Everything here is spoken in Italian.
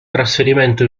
trasferimento